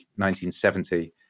1970